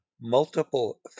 multiple